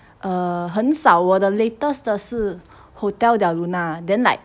err 很少我的 latest 的是 hotel del luna then like